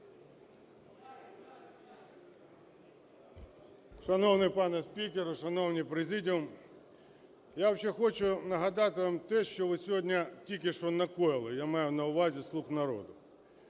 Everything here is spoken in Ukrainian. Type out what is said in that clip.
Шановний пане спікер, шановна президія, я хочу нагадати вам те, що ви сьогодні, тільки що накоїли, я маю на увазі "Слуг народу".